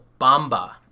bamba